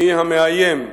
מי המאיים,